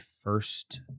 first